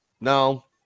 no